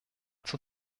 zur